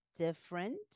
Different